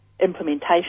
implementation